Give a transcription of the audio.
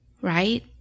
right